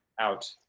out